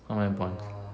how many point